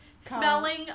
smelling